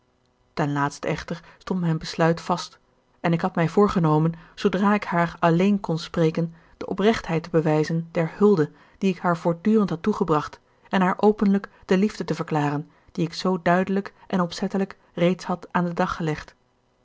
ten laatste echter stond mijn besluit vast en ik had mij voorgenomen zoodra ik haar alleen kon spreken de oprechtheid te bewijzen der hulde die ik haar voortdurend had toegebracht en haar openlijk de liefde te verklaren die ik zoo duidelijk en opzettelijk reeds had aan den dag gelegd